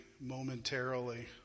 momentarily